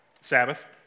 Sabbath